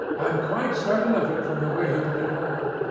i'm quite certain of it from the way he put it on